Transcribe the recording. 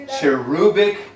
cherubic